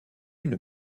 une